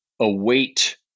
await